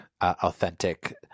authentic